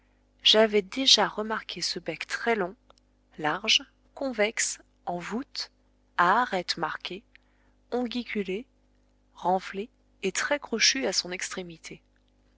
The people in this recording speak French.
j'avais déjà remarqué ce bec très long large convexe en voûte à arête marquée onguiculée renflée et très crochue à son extrémité